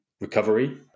recovery